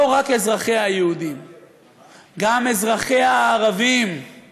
גם במשרד הבריאות יש התנגדות